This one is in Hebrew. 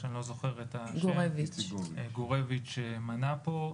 שיצחק גורביץ מנה פה.